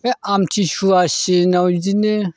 बे आमतिसुवा सिजोनाव बिदिनो